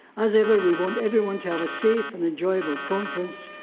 as ever, we want everyone to have a safe and enjoyable conference.